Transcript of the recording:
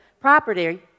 property